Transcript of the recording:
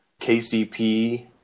kcp